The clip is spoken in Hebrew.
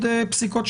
בסדר?